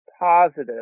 positive